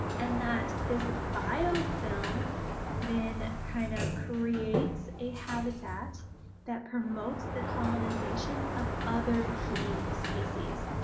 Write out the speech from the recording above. and that, this biofilm then kind of creates a habitat that promotes the colonization of other key species